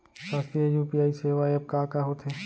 शासकीय यू.पी.आई सेवा एप का का होथे?